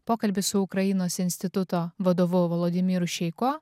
pokalbis su ukrainos instituto vadovu volodimyru šeiko